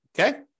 Okay